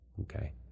okay